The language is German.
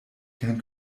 kein